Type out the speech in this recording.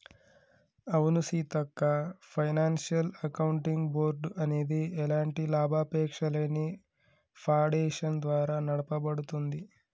అవును సీతక్క financial accounting board అనేది ఎలాంటి లాభాపేక్షలేని ఫాడేషన్ ద్వారా నడపబడుతుంది